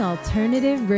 Alternative